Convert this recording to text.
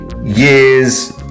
years